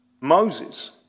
Moses